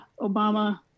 Obama